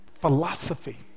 philosophy